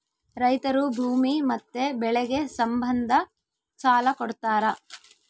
ರೈತರು ಭೂಮಿ ಮತ್ತೆ ಬೆಳೆಗೆ ಸಂಬಂಧ ಸಾಲ ಕೊಡ್ತಾರ